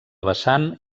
vessant